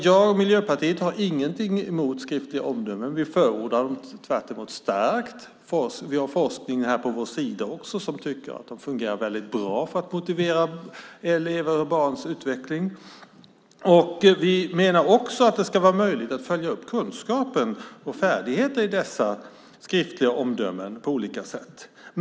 Jag och Miljöpartiet har ingenting emot skriftliga omdömen. Tvärtemot förordar vi dem starkt. Forskningen är på vår sida och tycker att de fungerar bra för att motivera elevers och barns utveckling. Vi menar också att det ska vara möjligt att på olika sätt följa upp kunskaper och färdigheter i dessa skriftliga omdömen.